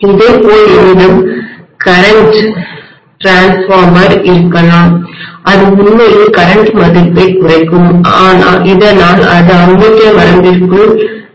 இதேபோல் என்னிடம் கரண்ட் மின்மாற்றிடிரான்ஸ்ஃபார்மர் இருக்கலாம் இது உண்மையில் கரண்ட் மதிப்பைக் குறைக்கும் இதனால் அது அம்மீட்டர் வரம்பிற்குள் விழும்